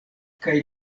kaj